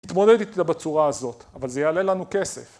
התמודד איתה בצורה הזאת, אבל זה יעלה לנו כסף.